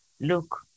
look